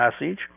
message